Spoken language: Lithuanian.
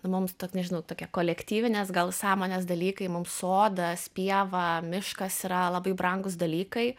mums to nežinau tokie kolektyvinės gal sąmonės dalykai mums sodas pieva miškas yra labai brangūs dalykai